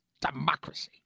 democracy